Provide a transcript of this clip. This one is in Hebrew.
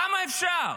כמה אפשר?